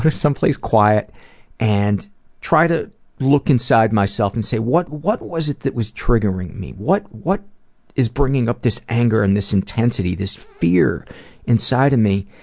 someplace quiet and try to look inside myself and say, what what was it that was triggering me? what what is bringing up this anger and this intensity this fear inside of me?